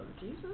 Jesus